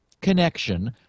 connection